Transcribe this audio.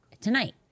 tonight